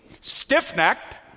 stiff-necked